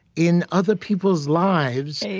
in other peoples' lives,